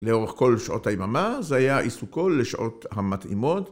‫לאורך כל שעות היממה, ‫זה היה עיסוקו לשעות המתאימות.